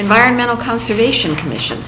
environmental conservation commission